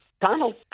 Donald